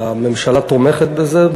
הממשלה תומכת בזה,